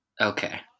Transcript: okay